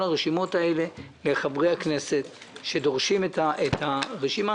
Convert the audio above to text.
את כל הרשימות האלה לחברי הכנסת שדורשים לראות את הרשימה.